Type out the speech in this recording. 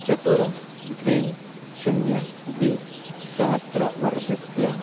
चत्वारि द्वे शून्यं द्विसहस्रतमवर्षस्य